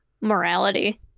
morality